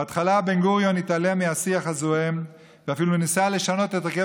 בהתחלה בן-גוריון התעלם מהשיח הזועם ואפילו ניסה לשנות את הרכב